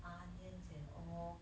onions and all